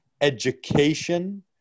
education